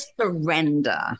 surrender